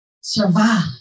survive